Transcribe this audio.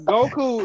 Goku